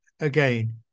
again